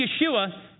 Yeshua